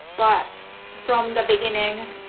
but from the beginning,